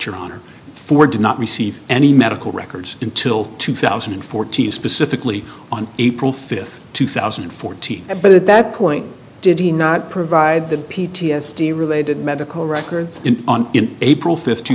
your honor for did not receive any medical records until two thousand and fourteen specifically on april fifth two thousand and fourteen but at that point did he know provide that p t s d related medical records on in april fift